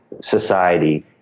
society